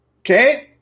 Okay